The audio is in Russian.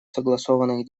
согласованных